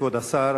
כבוד השר,